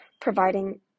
providing